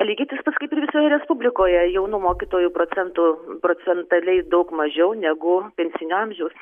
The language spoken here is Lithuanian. lygiai tas pats kaip ir visoje respublikoje jaunų mokytojų procentų procentiliai daug mažiau negu pensinio amžiaus